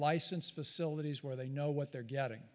license facilities where they know what they're getting